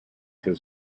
his